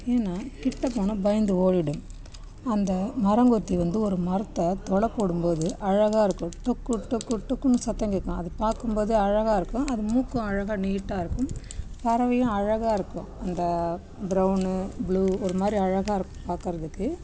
ஏன்னால் கிட்டே போனால் பயந்து ஓடிவிடும் அந்த மரங்கொத்தி வந்து ஒரு மரத்தை துளை போடும் போது அழகாக இருக்கும் டொக்கு டொக்கு டொக்குனு சத்தம் கேட்கும் அது பார்க்கும் போது அழகாக இருக்கும் அது மூக்கும் அழகாக நீட்டாக இருக்கும் பறவையும் அழகாக இருக்கும் அந்த பிரவுனு புளு ஒரு மாதிரி அழகாக இருக்கும் பார்க்குறதுக்கு